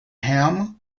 ham